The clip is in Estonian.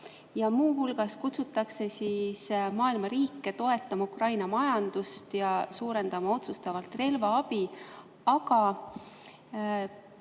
Muu hulgas kutsutakse maailma riike toetama Ukraina majandust ja suurendama otsustavalt relvaabi.